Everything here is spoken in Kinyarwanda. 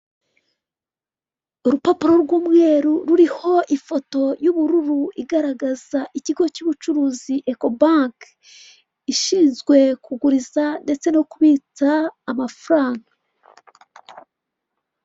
Urupapuro rw'umweru ruriho ifoto y'ubururu igaragaza ikigo cy'ubucuruzi Eko banki, ishinzwe kuguriza ndetse no kubitsa amafaranga.